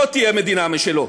לא תהיה מדינה משלו.